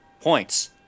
points